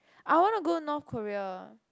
I wanna go North Korea